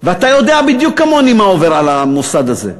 ואתה יודע בדיוק כמוני מה עובר על המוסד הזה.